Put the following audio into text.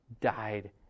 died